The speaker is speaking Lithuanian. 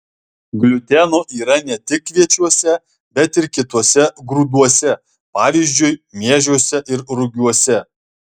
gliuteno yra ne tik kviečiuose bet ir kituose grūduose pavyzdžiui miežiuose ir rugiuose